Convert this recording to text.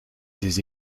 des